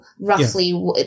roughly